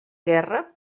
guerra